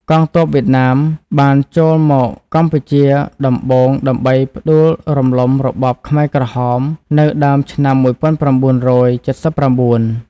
កងទ័ពវៀតណាមបានចូលមកកម្ពុជាដំបូងដើម្បីផ្ដួលរំលំរបបខ្មែរក្រហមនៅដើមឆ្នាំ១៩៧៩។